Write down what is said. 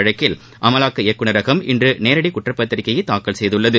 வழக்கில் அமலாக்க இயக்குநரகம் இன்று நேரடி குற்றப்பத்திரிக்கையை தாக்கல் செய்துள்ளது